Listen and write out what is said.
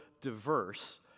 diverse